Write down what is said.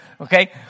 Okay